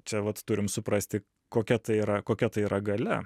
čia vat turim suprasti kokia tai yra kokia tai yra galia